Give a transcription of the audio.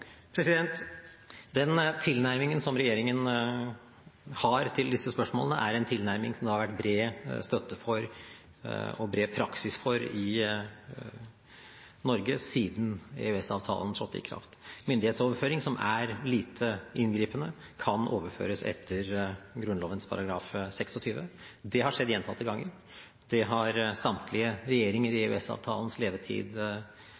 Den tilnærmingen som regjeringen har til disse spørsmålene, er en tilnærming som det har vært bred støtte for og bred praksis for i Norge siden EØS-avtalen trådte i kraft. Myndighetsoverføring som er lite inngripende, kan overføres etter Grunnloven § 26. Det har skjedd gjentatte ganger. Det har samtlige regjeringer i EØS-avtalens levetid